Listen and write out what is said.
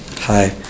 Hi